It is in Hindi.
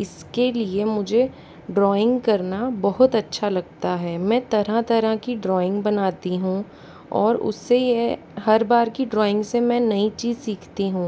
इसके लिए मुझे ड्रॉइंग करना बहुत अच्छा लगता है मैं तरह तरह की ड्रॉइंग बनाती हूँ और उससे यह हर बार की ड्रॉइंग से नई चीज़ सीखती हूँ